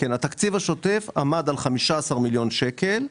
התקציב השוטף עמד על 15 מיליון שקלים.